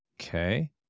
Okay